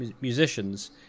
musicians